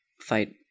fight